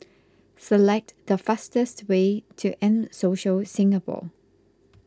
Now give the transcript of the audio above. select the fastest way to M Social Singapore